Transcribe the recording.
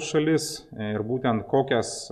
šalis ir būtent kokias